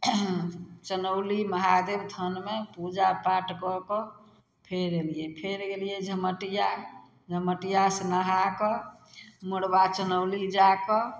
चनौली महादेव स्थानमे पूजा पाठ कऽ कऽ फेर अयलियै फेर गेलियै झमटिया झमटियासँ नहा कऽ मोरबा चनौली जा कऽ